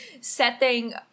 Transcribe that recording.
setting